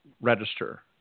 register